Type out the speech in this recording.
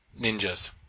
Ninjas